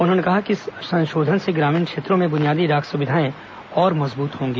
उन्होंने कहा कि इस संशोधन से ग्रामीण क्षेत्रों में ब्नियादी डाक स्विधाएं और मजबूत होंगी